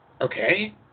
Okay